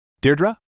Deirdre